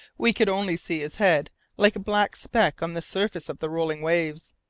we could only see his head like a black speck on the surface of the rolling waves.